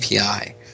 API